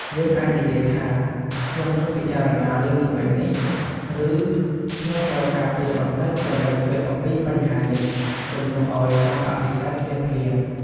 យើងអាចនិយាយថា "ខ្ញុំនឹងពិចារណាលើចំណុចនេះ" ឬ "ខ្ញុំត្រូវការពេលបន្តិចដើម្បីគិតអំពីបញ្ហានេះ" ជំនួសឲ្យការបដិសេធភ្លាមៗ។